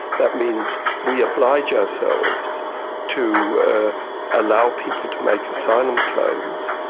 that means we oblige ourselves to allow people to make asylum claims,